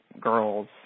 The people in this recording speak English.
girls